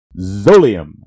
Zolium